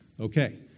Okay